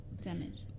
damage